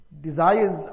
desires